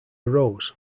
rose